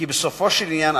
כי בסופו של עניין,